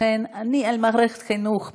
לכן, אני, על מערכת החינוך בערד,